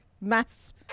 maths